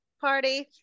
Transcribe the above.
party